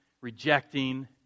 rejecting